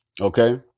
okay